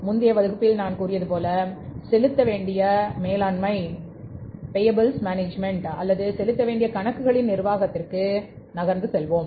முந்தைய வகுப்பில் சொன்னேன் செலுத்த வேண்டிய மேலாண்மை அல்லது செலுத்த வேண்டிய கணக்குகளின் நிர்வாகத்திற்கு நகர்வோம்